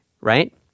right